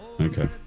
Okay